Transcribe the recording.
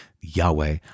Yahweh